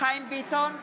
חיים ביטון,